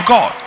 God